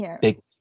big